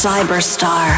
Cyberstar